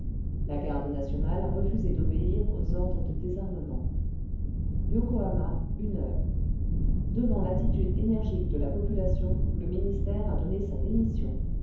la garde nationale a refusé d'obéir aux ordres de désarmement yokohama heure ce devant l'attitude énergique de la population le ministère a donné sa démission